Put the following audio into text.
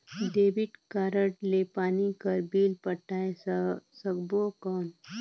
Debit card ले पानी कर बिल पटाय सकबो कौन?